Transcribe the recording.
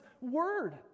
word